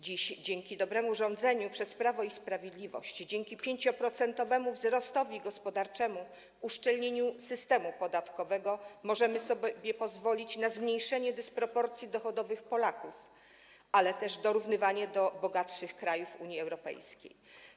Dziś dzięki dobremu rządzeniu przez Prawo i Sprawiedliwość, 5-procentowemu wzrostowi gospodarczemu i uszczelnieniu systemu podatkowego możemy sobie pozwolić na zmniejszenie dysproporcji dochodowych Polaków, ale też na równanie do bogatszych krajów Unii Europejskiej.